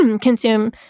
consume